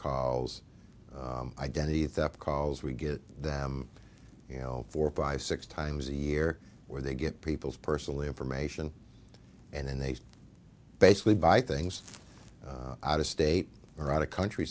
calls identity theft calls we get them you know four five six times a year where they get people's personal information and then they basically buy things out of state or out a country